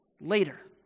later